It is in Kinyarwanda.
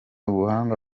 ubuhanga